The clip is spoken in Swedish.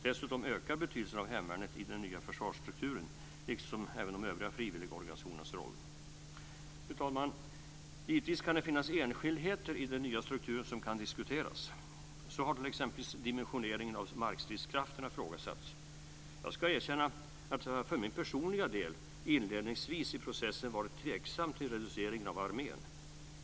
Dessutom ökar betydelsen av hemvärnet i den nya försvarsstrukturen liksom även de övriga frivilligorganisationernas roll. Fru talman! Givetvis kan det finnas enskildheter i den nya strukturen som kan diskuteras. Dimensioneringen av markstridskrafterna har t.ex. ifrågasatts. Jag ska erkänna att jag för min personliga del i inledningen av processen var tveksam till reduceringen av armén.